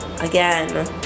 again